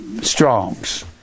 strongs